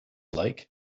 like